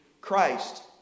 Christ